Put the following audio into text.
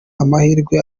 amahirwe